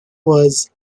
was